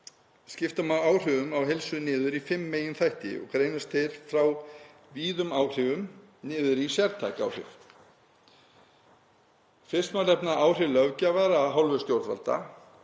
Skipta má áhrifum á heilsu niður í fimm meginþætti og greinast þeir frá víðum áhrifum niður í sértæk áhrif. Fyrst má nefna áhrif löggjafar af hálfu stjórnvalda,